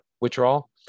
withdrawal